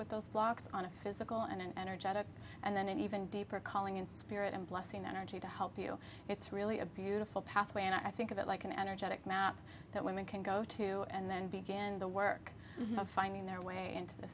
with those blocks on a physical and energetic and then an even deeper calling and spirit and blessing energy to help you it's really a beautiful pathway and i think of it like an energetic map that women can go to and then began the work of finding their way into th